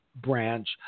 branch